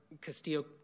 Castillo